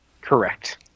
Correct